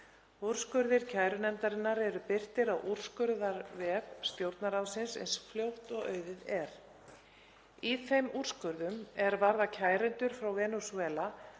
Úrskurðir kærunefndarinnar eru birtir á úrskurðarvef Stjórnarráðsins eins fljótt og auðið er. Í þeim úrskurðum er varða kærendur frá Venesúela